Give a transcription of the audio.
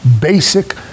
basic